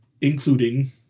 including